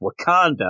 wakanda